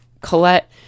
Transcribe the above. Colette